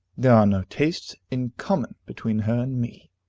there are no tastes in common between her and me.